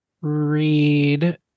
read